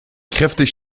kräftig